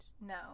No